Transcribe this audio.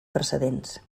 precedents